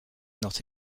not